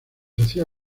hacía